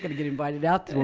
get invited out.